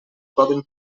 poden